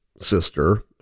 sister